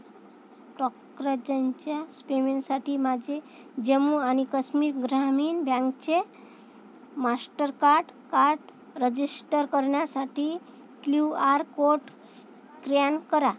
टॉक्रजंच्या स्पेमेंटसाठी माझे जम्मू आणि काश्मीर ग्रामीण बँकचे मास्टरकार्ट कार्ट रजिष्टर करण्यासाठी क्लू आर कोड स्क्रॅन करा